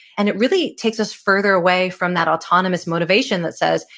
and it really takes us further away from that autonomous motivation that says,